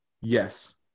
Yes